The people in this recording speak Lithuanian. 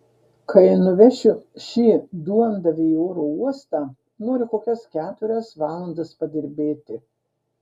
kai nuvešiu šį duondavį į oro uostą noriu kokias keturias valandas padirbėti